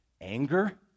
anger